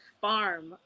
farm